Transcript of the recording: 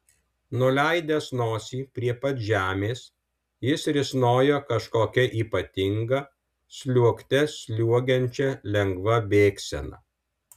nuleidęs nosį prie pat žemės jis risnojo kažkokia ypatinga sliuogte sliuogiančia lengva bėgsena